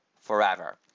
forever